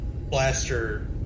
blaster